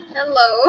Hello